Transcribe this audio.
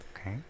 Okay